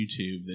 YouTube